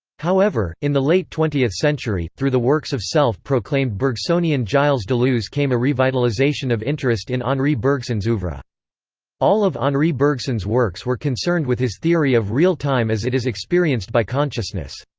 however, in the late twentieth century, through the works of self-proclaimed bergsonian gilles deleuze came a revitalization of interest in henri bergson's oeuvre all of henri bergson's works were concerned with his theory of real time as it is experienced by consciousness.